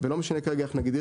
ולא משנה כרגע איך נגדיר